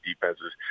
defenses